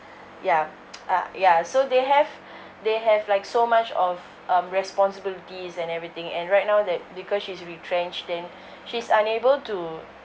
ya uh ya so they have they have like so much of um responsibilities and everything and right now that because she's retrenched then she's unable to